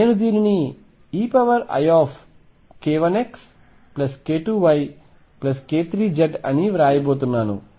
నేను దీనిని eik1xk2yk3z అని వ్రాయబోతున్నాను